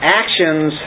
actions